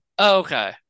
Okay